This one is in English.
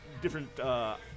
different, –